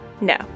No